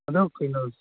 ꯑꯗꯨ ꯀꯩꯅꯣ